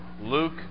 Luke